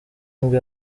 nibwo